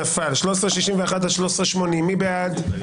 הצבעה לא אושרה נפל 13,001 עד 13,020, מי בעד?